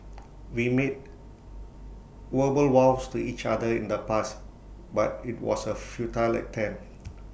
we made verbal vows to each other in the past but IT was A futile attempt